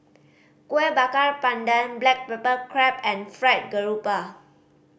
Kueh Bakar Pandan black pepper crab and Fried Garoupa